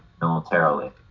militarily